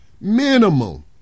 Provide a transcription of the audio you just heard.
minimum